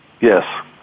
Yes